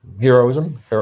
heroism